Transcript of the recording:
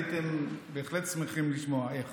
הייתם בהחלט שמחים לשמוע איך.